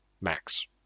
max